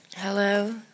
Hello